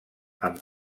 amb